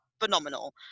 phenomenal